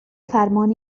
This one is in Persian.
فرمان